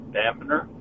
dampener